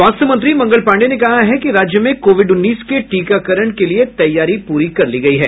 स्वास्थ्य मंत्री मंगल पांडेय ने कहा है कि राज्य में कोविड उन्नीस के टीकाकरण के लिये तैयारी पूरी कर ली गयी है